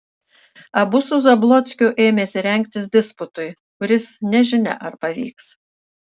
abu su zablockiu ėmėsi rengtis disputui kuris nežinia ar pavyks